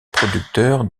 producteur